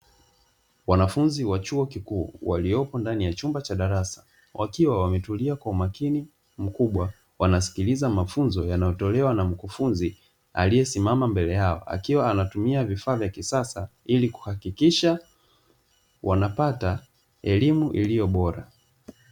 Wanafunzi wa chuo kikuu waliopo ndani ya chumba cha darasa, wakiwa wametulia kwa makini mkubwa. Wanasikiliza mafunzo yanayotolewa na mkufunzi aliyesimama mbele yao akiwa anatumia vifaa vya kisasa ili kuhakikisha wanapata elimu iliyo bora.